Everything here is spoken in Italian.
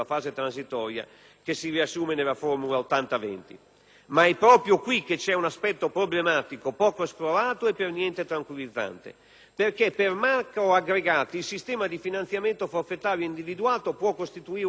che si riassume nella formula 80-20. Ma è proprio qui che c'è un aspetto problematico, poco esplorato e per niente tranquillizzante. Per macro aggregati il sistema di finanziamento forfettario individuato può costituire una rassicurazione,